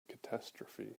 catastrophe